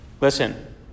listen